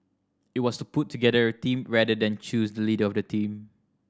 it was to put together a team rather than choose the leader of the team